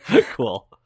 cool